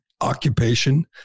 occupation